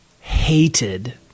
hated